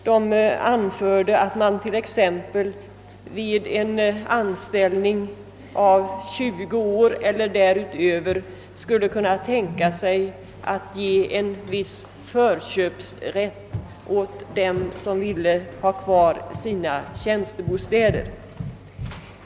Det anfördes att man t.ex. vid en anställningstid av 20 år eller därutöver skulle kunna tänka sig att bevilja en viss förköpsrätt åt dem som ville behålla sina tjänstebostäder.